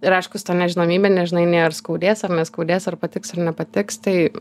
ir aiškus ta nežinomybė nežinai nei ar skaudės ar neskaudės ar patiks ar nepatiks tai